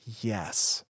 yes